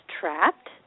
trapped